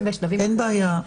לכן,